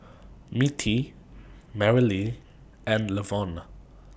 Mittie Merrily and Levon